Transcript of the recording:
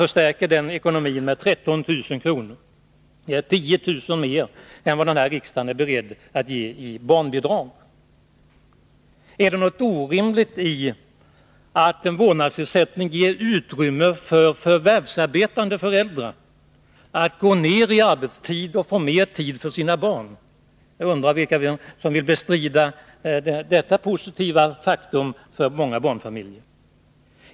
Deras ekonomi förstärks med 13 000 kr. Det är 10 000 kr. mer än vad denna riksdag är beredd att ge i barnbidrag. Är det orimligt att en vårdnadsersättning ger utrymme för förvärvsarbetande föräldrar att gå ner i arbetstid och få mer tid för sina barn? Jag undrar vilka som vill bestrida detta positiva faktum för många barnfamiljer.